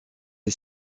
est